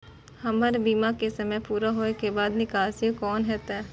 हमर बीमा के समय पुरा होय के बाद निकासी कोना हेतै?